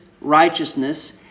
righteousness